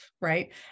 right